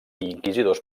inquisidors